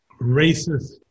racist